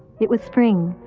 it was spring,